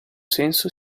senso